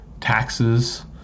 taxes